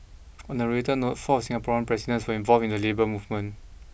on a related note four of Singaporean presidents were involved in the labour movement